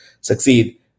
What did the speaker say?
succeed